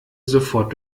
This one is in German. sofort